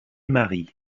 marie